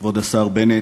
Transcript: כבוד השר בנט,